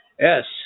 Yes